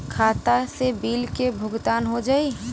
खाता से बिल के भुगतान हो जाई?